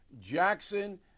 Jackson